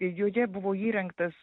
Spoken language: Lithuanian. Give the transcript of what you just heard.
joje buvo įrengtas